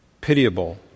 pitiable